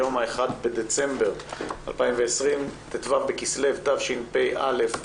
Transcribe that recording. היום 1 בדצמבר 2020, ט"ו בכסלו התשפ"א.